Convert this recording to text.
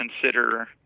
consider